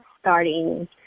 starting